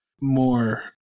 more